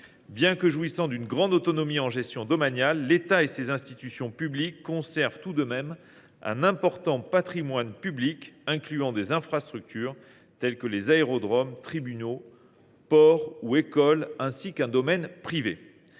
Bien qu’ils jouissent d’une grande autonomie en matière de gestion domaniale, l’État et ses institutions publiques conservent un important patrimoine public, incluant des infrastructures telles que les aérodromes, tribunaux, ports ou écoles, ainsi qu’un domaine privé.